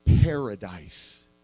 paradise